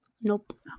Nope